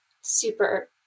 super